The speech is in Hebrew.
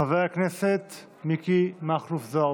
חבר הכנסת מיקי מכלוף זוהר,